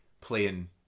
playing